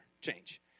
change